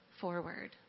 forward